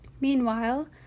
Meanwhile